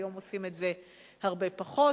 והיום עושים את זה הרבה פחות,